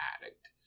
addict